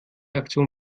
aktion